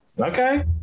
Okay